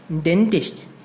dentist